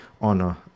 honor